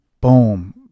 boom